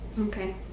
okay